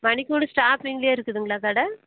மணிக்கூண்டு ஸ்டாப்பிங்கில் இருக்குதுங்களா கடை